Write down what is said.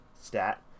stat